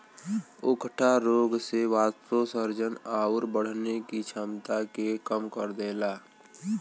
उकठा रोग से वाष्पोत्सर्जन आउर बढ़ने की छमता के कम कर देला